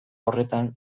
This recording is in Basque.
horretan